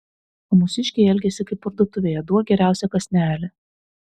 o mūsiškiai elgiasi kaip parduotuvėje duok geriausią kąsnelį